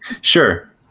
Sure